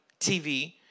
tv